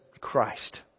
Christ